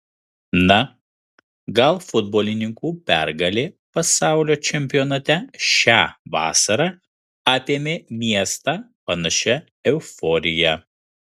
na gal futbolininkų pergalė pasaulio čempionate šią vasarą apėmė miestą panašia euforija